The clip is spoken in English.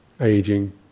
aging